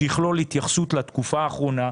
שיכלול התייחסות לתקופה הקצרה,